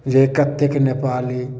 जे कतेक नेपाली